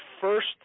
first